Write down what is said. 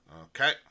Okay